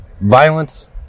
violence